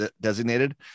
designated